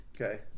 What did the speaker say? Okay